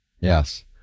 Yes